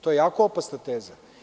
To je jako opasna teza.